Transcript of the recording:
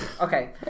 okay